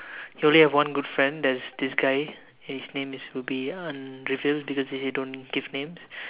you only have one good friend that is this guy his name is will be unrevealed because we don't give names